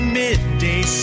midday